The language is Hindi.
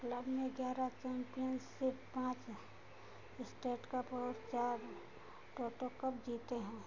क्लब में ग्यारह चैम्पियनसिप पाँच इस्टेट कप और चार टोटो कप जीते हैं